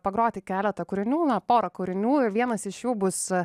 pagroti keletą kūrinių na porą kūrinių vienas iš jų bus